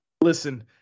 Listen